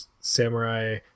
samurai